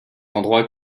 endroits